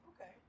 Okay